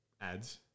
ads